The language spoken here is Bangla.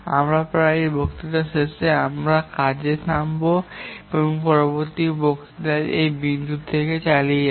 আমরা প্রায় এই বক্তৃতার শেষে আমরা এখানে থামব এবং পরবর্তী বক্তৃতায় এই বিন্দু থেকে চালিয়ে যাব